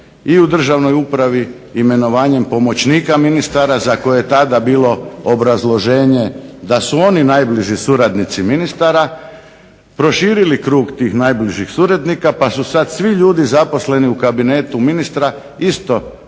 i u državnoj upravi imenovanjem pomoćnika ministara za koje je tada bilo obrazloženje da su oni najbliži suradnici ministara proširili krug tih najbližih suradnika pa su sada svi ljudi zaposleni u kabinetu ministra isto